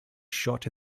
shot